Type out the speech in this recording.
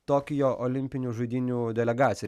tokijo olimpinių žaidynių delegaciją